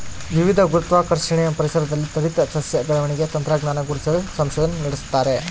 ವಿವಿಧ ಗುರುತ್ವಾಕರ್ಷಣೆಯ ಪರಿಸರದಲ್ಲಿ ತ್ವರಿತ ಸಸ್ಯ ಬೆಳವಣಿಗೆ ತಂತ್ರಜ್ಞಾನ ಗುರುತಿಸಲು ಸಂಶೋಧನೆ ನಡೆಸ್ತಾರೆ